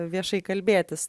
viešai kalbėtis